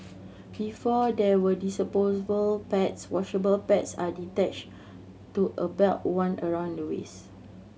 before there were disposable pads washable pads are to a belt worn around the waist